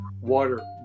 water